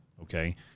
okay